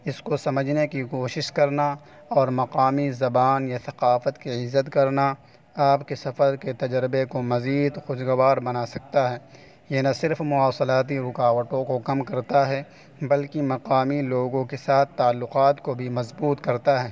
اس کو سمجھنے کی کوشش کرنا اور مقامی زبان یا ثقافت کی عزت کرنا آپ کے سفر کے تجربہ کو مزید خوشگوار بنا سکتا ہے یہ نہ صرف مواصلاتی رکاوٹوں کو کم کرتا ہے بلکہ مقامی لوگوں کے ساتھ تعلقات کو بھی مضبوط کرتا ہے